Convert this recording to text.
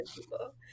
people